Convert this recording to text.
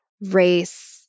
race